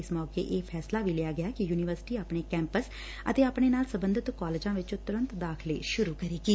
ਇਸ ਮੌਕੇ ਇਹ ਫੈਸਲਾ ਵੀ ਲਿਆ ਗਿਆ ਕਿ ਯੂਨੀਵਰਸਿਟੀ ਆਪਣੇ ਕੈਂਪਸ ਅਤੇ ਆਪਣੇ ਨਾਲ ਸਬੰਧਤ ਕਾਲਜਾਂ ਵਿੱਚ ਤੂਰੰਤ ਦਾਖਲੇ ਸ਼ੁਰੂ ਕਰੇਗੀ